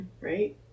right